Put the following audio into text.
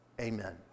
Amen